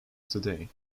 today